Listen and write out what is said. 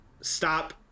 stop